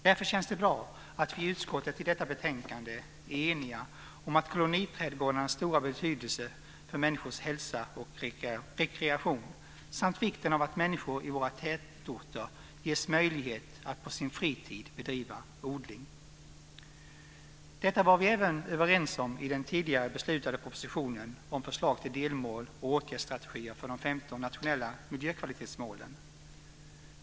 Därför känns det bra att vi i utskottet i detta betänkande är eniga om koloniträdgårdarnas stora betydelse för människors hälsa och rekreation samt om vikten av att människor i våra tätorter ges möjlighet att på sin fritid bedriva odling. Detta var vi även överens om i den tidigare beslutade propositionen om förslag till delmål och åtgärdsstrategier för de 15 nationella miljökvalitetsmålen.